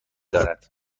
دارد